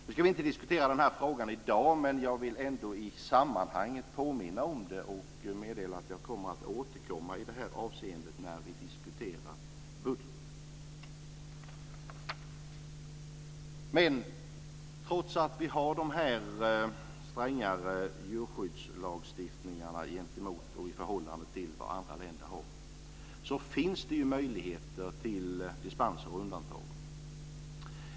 Vi ska inte diskutera de här frågorna i dag, men jag vill ändå i sammanhanget påminna om dem och meddela att jag återkommer i det här avseendet när vi diskuterar budgeten. Trots att vi har denna strängare djurskyddslagstiftning gentemot och i förhållande till vad andra länder har, finns det möjligheter till dispenser och undantag.